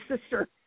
sister